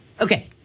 Okay